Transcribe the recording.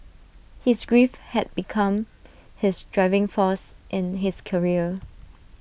his grief had become his driving force in his career